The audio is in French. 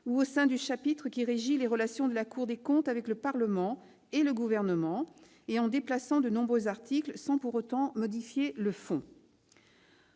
ou au sein du chapitre qui régit les relations de la Cour des comptes avec le Parlement et le Gouvernement, et en déplaçant de nombreux articles, sans pour autant modifier le fond.